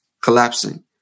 collapsing